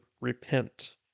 repent